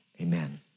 amen